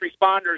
responders